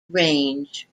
range